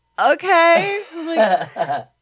okay